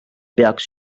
peaks